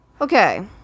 Okay